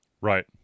Right